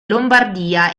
lombardia